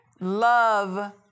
Love